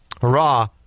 hurrah